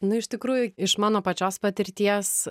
na iš tikrųjų iš mano pačios patirties